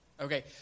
Okay